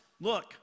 Look